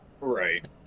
Right